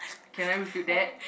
can I refute that